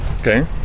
Okay